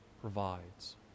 provides